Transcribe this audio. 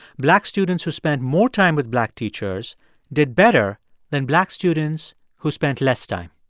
black students who spent more time with black teachers did better than black students who spent less time.